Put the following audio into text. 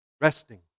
Resting